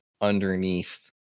underneath